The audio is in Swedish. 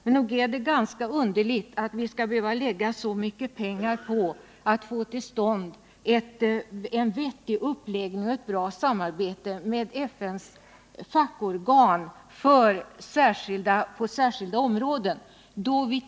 Men nog är det ganska underligt att vi skall behöva lägga ned så mycket pengar för att få till stånd en vettig uppläggning och ett bra samarbete med FN:s fackorgan på särskilda områden.